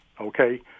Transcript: Okay